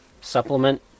supplement